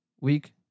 week